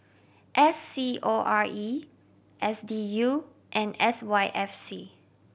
S C O R E S D U and S Y F C